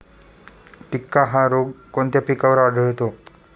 टिक्का हा रोग कोणत्या पिकावर आढळतो?